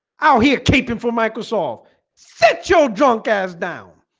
ah here keep him for microsoft set your drunk ass down